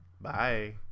Bye